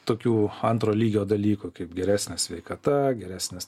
tokių antro lygio dalykų kaip geresnės sveikata geresnis